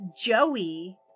Joey